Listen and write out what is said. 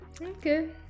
okay